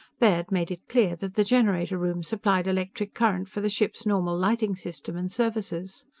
baird made it clear that the generator-room supplied electric current for the ship's normal lighting-system and services.